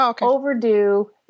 Overdue